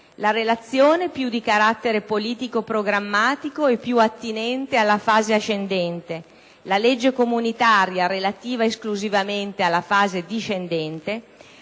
(la relazione più di carattere politico‑programmatico e più attinente alla fase ascendente, la legge comunitaria relativa esclusivamente alla fase discendente),